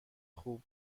خوب